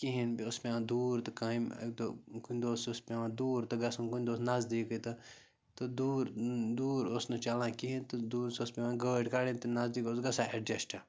کِہیٖنۍ بیٚیہِ اوس پٮ۪وان دوٗر تہٕ کامہِ اَکہِ دۄہ کُنہِ دۄہ اوسُس پٮ۪وان دوٗر تہٕ گژھُن کُنۍ دۄہ اوس نَزدیٖکٕے تہٕ تہٕ دوٗر دوٗر اوس نہٕ چلان کِہیٖنۍ تہٕ دوٗرِس ٲس پٮ۪وان گٲڑۍ کَڑٕنۍ تہٕ نَزدیٖک اوس گژھان اٮ۪ڈجَسٹ